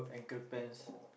ankle pants